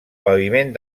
paviment